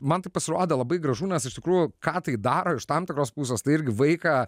man tai pasirodė labai gražu nes iš tikrųjų ką tai daro iš tam tikros pusės tai irgi vaiką